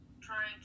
trying